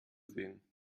sehen